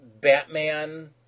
Batman